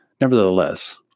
Nevertheless